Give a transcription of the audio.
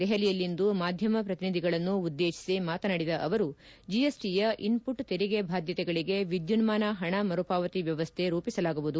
ದೆಹಲಿಯಲ್ಲಿಂದು ಮಾಧ್ಯಮ ಶ್ರತಿನಿಧಿಗಳನ್ನು ಉದ್ದೇಶಿಸಿ ಮಾತನಾಡಿದ ಅವರು ಜಿಎಸ್ಟಯ ಇನ್ಪುಟ್ ತೆರಿಗೆ ಬಾಧ್ಯತೆಗಳಿಗೆ ವಿದ್ಯುನ್ನಾನ ಹಣ ಮರುಪಾವತಿ ವ್ಯವಸ್ಥೆ ರೂಪಿಸಲಾಗುವುದು